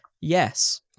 yes